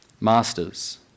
Masters